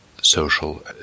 social